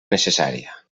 necessària